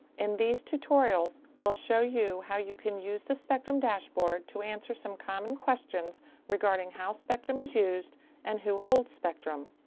in these tutorials we'll show you how you can use the spectrum dashboard to answer some common questions regarding how spectrum is used and who holds spectrum.